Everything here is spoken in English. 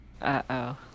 uh-oh